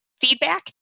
feedback